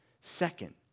Second